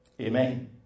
Amen